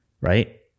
right